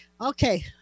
Okay